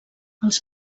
els